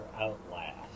Outlast